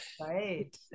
right